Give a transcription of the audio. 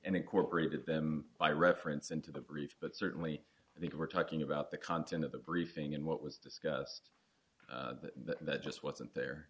and incorporated them by reference into the breach but certainly they were talking about the content of the briefing and what was discussed that just wasn't there